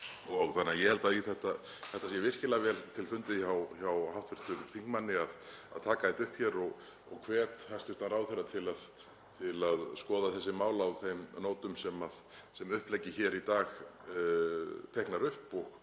Þannig að ég held að það sé virkilega vel til fundið hjá hv. þingmanni að taka þetta upp hér og hvet hæstv. ráðherra til að skoða þessi mál á þeim nótum sem uppleggið hér í dag teiknar upp og